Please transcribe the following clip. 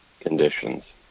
conditions